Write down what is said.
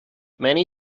many